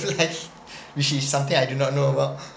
life which is something I do not know about